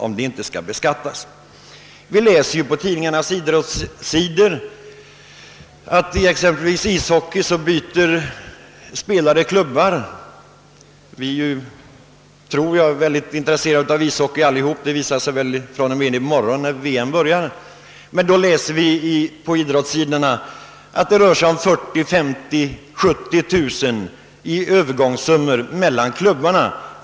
Vi är väl alla mycket intresserade av ishockey — det kommer säkert att visa sig i morgon då VM börjar — och när vi läser tidningarnas idrottssidor ser vi att en idrottsklubb som övertar en ishockeyspelare från en annan klubb kan få betala övergångsersättningar på 50 000, 60 000 eller 70 000 kronor.